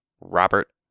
Robert